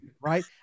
Right